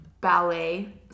ballet